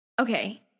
Okay